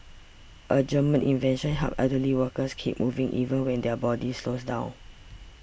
a German invention helps elderly workers keep moving even when their body slows down